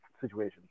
situation